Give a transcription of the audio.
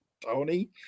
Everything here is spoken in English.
Tony